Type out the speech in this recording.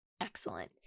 excellent